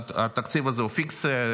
התקציב הזה הוא פיקציה.